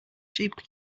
cheap